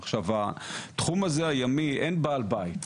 עכשיו, לתחום הזה, הימי, אין בעל בית.